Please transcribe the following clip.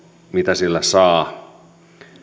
mitä sillä verotulolla